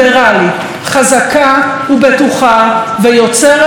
חזקה ובטוחה ויוצרת שוב תקווה,